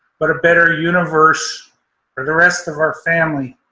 but a better universe for the rest of our family.